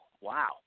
wow